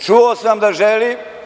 Čuo sam da želi…